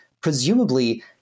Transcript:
presumably